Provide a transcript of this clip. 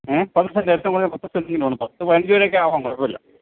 ഏ കുഴപ്പം ഇല്ല ഏറ്വും കുറഞ്ഞത് പത്ത് സെൻറ്റെങ്കിലും വേണം പത്ത് പതിനഞ്ചു വരെയൊക്കെ ആവാം കുഴപ്പം ഇല്ല